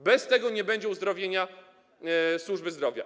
Bez tego nie będzie uzdrowienia służby zdrowia.